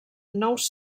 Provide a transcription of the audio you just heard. nous